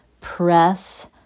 press